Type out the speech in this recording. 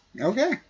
Okay